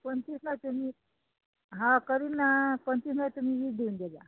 पंचवीस नाही तुम्ही हा करू ना पंचवीस नाही तुम्ही वीस देऊन देजा